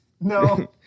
No